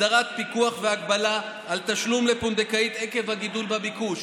הסדרת פיקוח והגבלה על תשלום לפונדקאית עקב הגידול בביקוש,